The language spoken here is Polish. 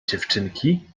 dziewczynki